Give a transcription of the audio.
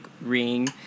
ring